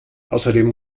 außerdem